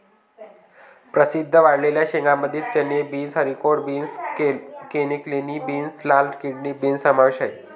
प्रसिद्ध वाळलेल्या शेंगांमध्ये चणे, beans, haricot beans, cannellini beans, लाल किडनी बीन्स समावेश आहे